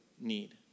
need